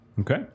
Okay